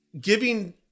giving